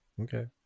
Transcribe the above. Okay